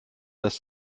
dass